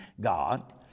God